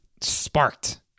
sparked